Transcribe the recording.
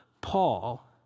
Paul